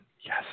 Yes